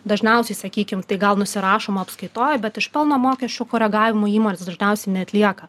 dažniausiai sakykim tai gal nusirašoma apskaitoj bet iš pelno mokesčio koregavimo įmonės dažniausiai neatlieka